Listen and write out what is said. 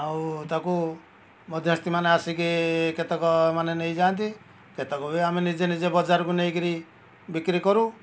ଆଉ ତାକୁ ମଧ୍ୟସ୍ଥିମାନେ ଆସିକି କେତେକ ମାନେ ନେଇଯାଆନ୍ତି କେତେକବି ଆମେ ନିଜେନିଜେ ବଜାରକୁ ନେଇକି ବିକ୍ରିକରୁ